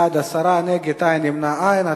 בעד, 10, נגד, אין, נמנעים, אין.